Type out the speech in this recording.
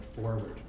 forward